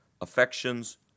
affections